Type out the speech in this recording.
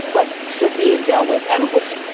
like should be in jail with him, which,